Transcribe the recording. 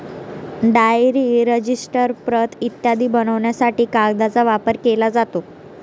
diary, register, प्रत इत्यादी बनवण्यासाठी कागदाचा वापर केला जातो